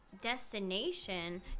destination